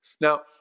Now